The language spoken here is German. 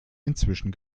inzwischen